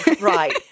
Right